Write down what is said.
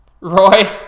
Roy